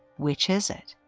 which is it?